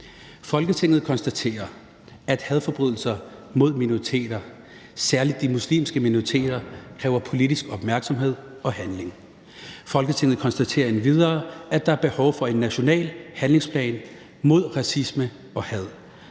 »Folketinget konstaterer, at hadforbrydelser mod minoriteter, særlig de muslimske minoriteter, kræver politisk opmærksomhed og handling. Folketinget konstaterer endvidere, at der er behov for en national handlingsplan mod racisme og had,